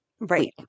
Right